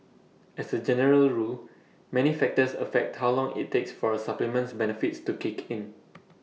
as A general rule many factors affect how long IT takes for A supplement's benefits to kick in